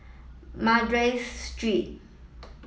Madras Street